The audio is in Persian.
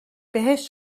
بهش